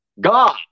God